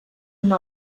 una